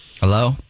Hello